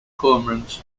cormorants